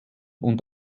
und